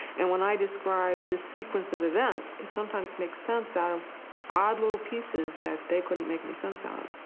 and when i describe the sequence of events, it sometimes makes sense out of odd little pieces that they couldn't make any sense out of.